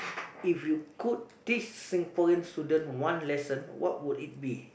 if you could teach Singaporean student one lesson what would it be